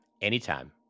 anytime